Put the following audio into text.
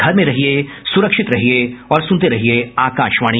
घर में रहिये सुरक्षित रहिये और सुनते रहिये आकाशवाणी